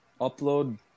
upload